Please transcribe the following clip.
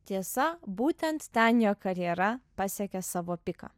tiesa būtent ten jo karjera pasiekė savo piką